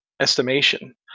estimation